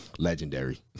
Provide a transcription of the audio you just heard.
Legendary